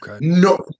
No